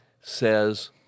says